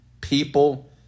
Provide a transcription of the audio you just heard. people